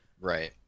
Right